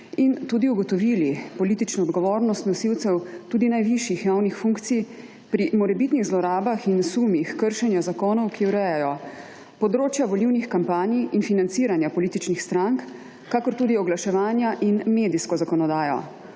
in tudi ugotovili politično odgovornost nosilcev tudi najvišjih javnih funkcij pri morebitnih zlorabah in sumih kršenja zakonov, ki urejajo področja volilnih kampanj in financiranja političnih strank kakor tudi oglaševanja in medijsko zakonodajo.